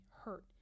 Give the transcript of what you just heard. hurt